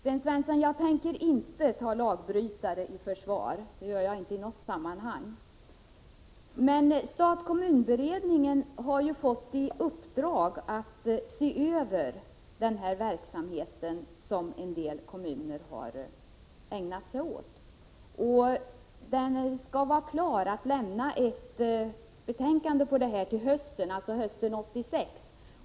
Herr talman! Jag tänker inte ta lagbrytare i försvar, Sten Svensson. Det gör jag inte i något sammanhang. Men stat-kommun-beredningen har ju fått i uppdrag att se över den verksamhet på det här området som en del kommuner har ägnat sig åt. Beredningen skall vara klar att lämna ett betänkande härom hösten 1986.